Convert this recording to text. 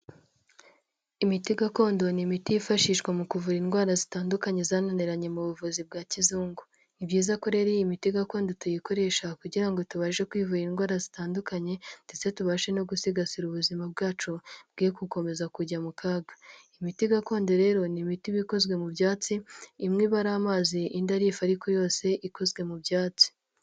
Imiti gakondo n'imiti yifashishwa mu kuvura indwara zitandukanye zananiranye mu buvuzi bwa kizungu, ni byiza ko rero iyi miti gakondo tuyikoresha kugira ngo tubashe kwivura indwara zitandukanye ndetse tubashe no gusigasira ubuzima bwacu bwe gukomeza kujya mu kaga. Imiti gakondo rero n'imiti iba ikozwe mu byatsi imwe iba ari amazi indi ar'ifu ariko yose ikozwe mu byatsi.